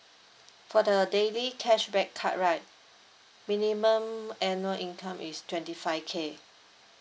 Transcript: for the daily cashback card right minimum annual income is twenty five K